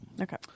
Okay